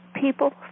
people